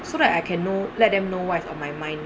so that I can know let them know what is on my mind